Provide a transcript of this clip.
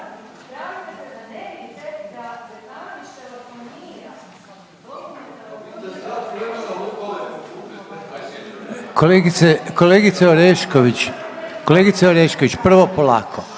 kolegice Orešković, prvo polako,